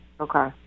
Okay